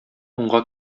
уңга